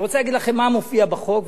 אני רוצה להגיד לכם מה מופיע בחוק,